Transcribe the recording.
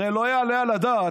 הרי לא יעלה על הדעת,